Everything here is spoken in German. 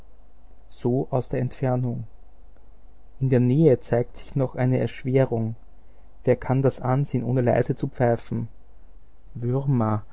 so aus der entfernung in der nähe zeigt sich noch eine erschwerung wer kann das ansehen ohne leise zu pfeifen würmer